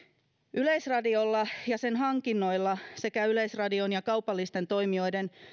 yleisradiolla ja sen hankinnoilla sekä yleisradion ja kaupallisten toimijoiden